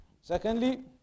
Secondly